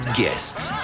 guests